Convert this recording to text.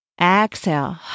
Exhale